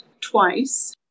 twice